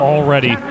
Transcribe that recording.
Already